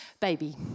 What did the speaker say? baby